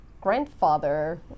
grandfather